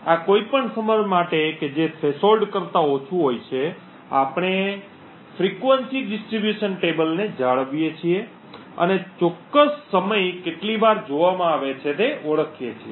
આ કોઈપણ સમય માટે કે જે થ્રેશોલ્ડ કરતા ઓછું હોય છે આપણે આવર્તન વિતરણ કોષ્ટક ને જાળવીએ છીએ અને ચોક્કસ સમય કેટલી વાર જોવામાં આવે છે તે ઓળખીએ છીએ